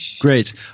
Great